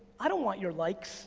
i don't want your likes